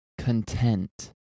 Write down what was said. content